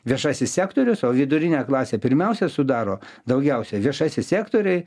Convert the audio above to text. viešasis sektorius o vidurinę klasę pirmiausia sudaro daugiausia viešasis sektoriai